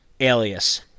alias